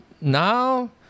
now